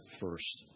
first